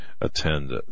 attend